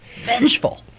Vengeful